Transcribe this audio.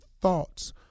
thoughts